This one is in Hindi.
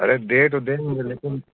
अरे दे तो देंगे लेकिन